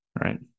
right